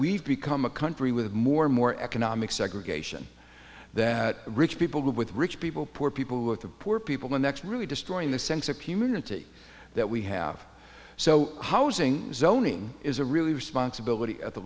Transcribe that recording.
we've become a country with more and more economic segregation that rich people with rich people poor people with the poor people the next really destroying the sense of humanity that we have so housing zoning is a really responsibility at the